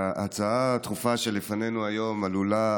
ההצעה הדחופה שלפנינו היום עלולה